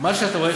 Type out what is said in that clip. מה שאתה רואה,